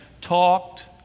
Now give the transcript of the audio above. talked